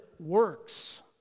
works